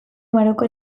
maroko